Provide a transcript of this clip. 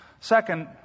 Second